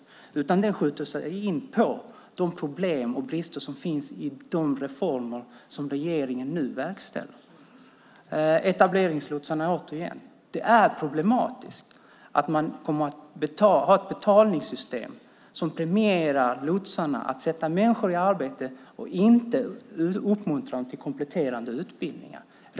Poängen är i stället att skjuta in sig på de problem och brister som finns i de reformer regeringen nu verkställer. Etableringslotsarna igen: Det är problematiskt att man kommer att ha ett betalningssystem som premierar att lotsarna sätter människor i arbetet och inte uppmuntrar dem till kompletterande utbildningar.